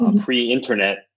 pre-internet